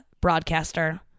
broadcaster